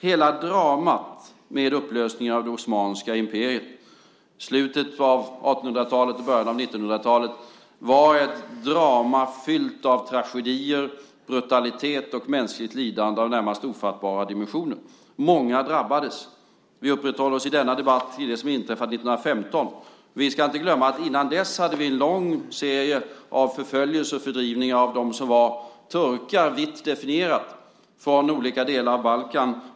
Hela dramat med upplösningen av det osmanska imperiet i slutet av 1800-talet och början av 1900-talet var ett drama fyllt av tragedier, brutalitet och mänskligt lidande av närmast ofattbara dimensioner. Många drabbades. Vi uppehåller oss i denna debatt vid det som inträffade 1915. Vi ska inte glömma att innan dess hade vi en lång serie av förföljelser och fördrivningar av dem som var turkar, vitt definierat, från olika delar av Balkan.